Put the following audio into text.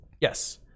Yes